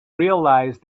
realise